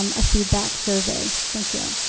um a feedback survey. thank you.